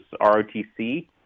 ROTC